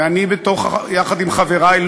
ואני יחד עם חברי,